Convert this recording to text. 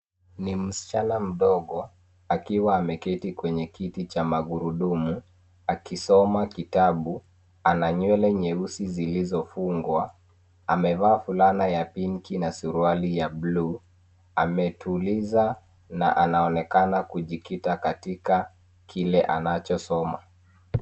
Ni msichana mdogo akiwa ameketi kwenye kiti cha magurudumu akisoma kitabu. Ana nywele nyeusi zilizofungwa. Amevaa fulana ya pinki na suruali ya buluu. Ametuliza na anaonekana kujikita katika kile anachosoma.